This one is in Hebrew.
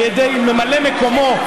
על ידי ממלא מקומו,